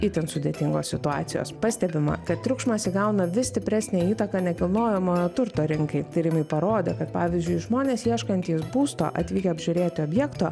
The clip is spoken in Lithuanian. itin sudėtingos situacijos pastebima kad triukšmas įgauna vis stipresnę įtaką nekilnojamojo turto rinkai tyrimai parodė kad pavyzdžiui žmonės ieškantys būsto atvykę apžiūrėti objekto